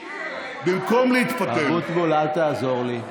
שיר, אבוטבול, אל תעזור לי.